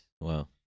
Wow